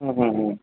ಹ್ಞೂ ಹ್ಞೂ ಹ್ಞೂ